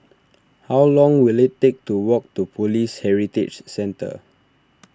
how long will it take to walk to Police Heritage Centre